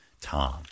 Tom